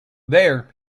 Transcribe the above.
there